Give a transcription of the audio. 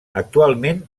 actualment